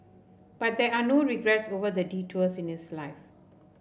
but there are no regrets over the detours in his life